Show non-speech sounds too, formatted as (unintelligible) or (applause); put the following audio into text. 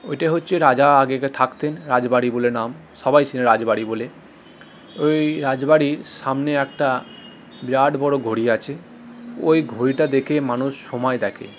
ওইটায় হচ্ছে রাজা আগে (unintelligible) থাকতেন রাজবাড়ি বলে নাম সবাই চেনে রাজবাড়ি বলে ওই রাজবাড়ির সামনে একটা বিরাট বড়ো ঘড়ি আছে ওই ঘড়িটা দেখেই মানুষ সময় দেখে